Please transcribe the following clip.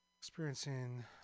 Experiencing